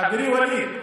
חברי ואליד,